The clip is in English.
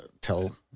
tell